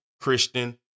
Christian